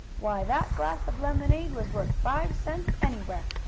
why, that glass of lemonade was worth five cents anywhere!